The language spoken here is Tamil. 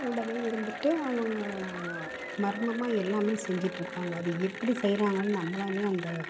கூடவே இருந்துட்டு அவங்க மர்மமாக எல்லாமே செஞ்சிட்டிருப்பாங்க அது எப்படி செய்கிறாங்கன் நம்மளாலே அந்த